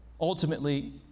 Ultimately